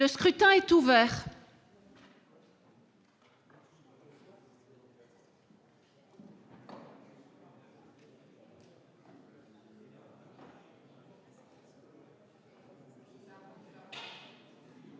Le scrutin est ouvert.